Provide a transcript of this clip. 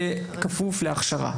בכפוף להכשרה.